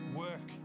work